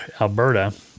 Alberta